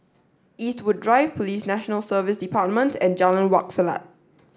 Eastwood Drive Police National Service Department and Jalan Wak Selat